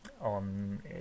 On